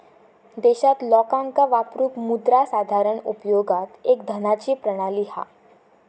देशात लोकांका वापरूक मुद्रा साधारण उपयोगात एक धनाची प्रणाली हा